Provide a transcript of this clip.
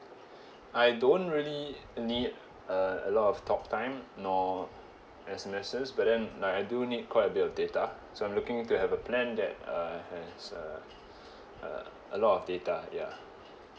I don't really need uh a lot of talk time nor S_M_Ses but then like I do need quite a bit of data so I'm looking to have a plan that uh has a uh uh a lot of data ya